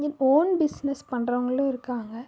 own business பண்ணுறவங்களும் இருக்காங்க